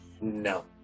No